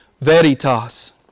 Veritas